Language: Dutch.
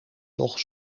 toch